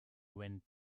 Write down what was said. went